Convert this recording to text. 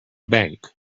bank